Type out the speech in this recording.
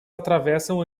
atravessam